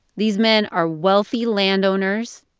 these men are wealthy landowners.